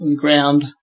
ground